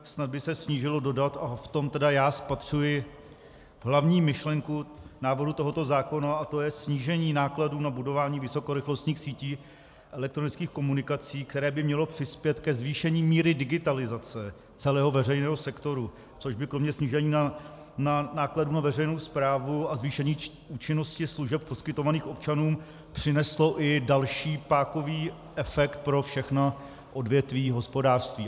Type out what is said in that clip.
Snad by se mělo dodat, a v tom já spatřuji hlavní myšlenku návrhu tohoto zákona, a to je snížení nákladů na budování vysokorychlostních sítí elektronických komunikací, které by mělo přispět ke zvýšení míry digitalizace celého veřejného sektoru, což by kromě snížení nákladů na veřejnou správu a zvýšení účinnosti služeb poskytovaných občanům přineslo i další pákový efekt pro všechna odvětví hospodářství.